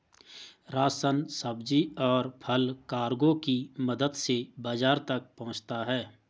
ration, सब्जी, और फल कार्गो की मदद से बाजार तक पहुंचता है